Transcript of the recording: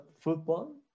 football